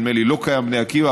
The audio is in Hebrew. נדמה לי שלא קיים בני עקיבא,